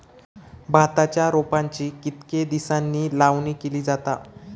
भाताच्या रोपांची कितके दिसांनी लावणी केली जाता?